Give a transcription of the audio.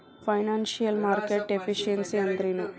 Financial market efficiency ಅಂದ್ರೇನು?